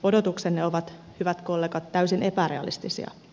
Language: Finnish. odotuksenne ovat hyvät kollegat täysin epärealistisia